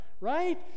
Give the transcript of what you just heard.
right